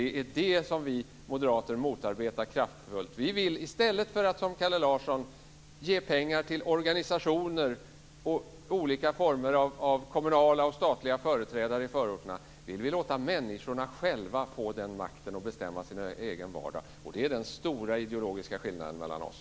Det är det vi moderater motarbetar kraftfullt. Kalle Larsson vill ge pengar till organisationer och olika former av kommunala och statliga företrädare i förorterna. Vi vill i stället låta människorna själva få den makten och bestämma över sin egen vardag. Det är den stora ideologiska skillnaden mellan oss.